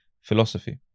philosophy